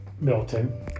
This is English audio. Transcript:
milton